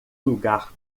lugar